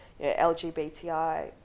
LGBTI